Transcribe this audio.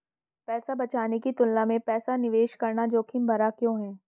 पैसा बचाने की तुलना में पैसा निवेश करना जोखिम भरा क्यों है?